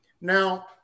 Now